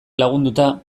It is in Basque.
lagunduta